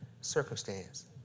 circumstance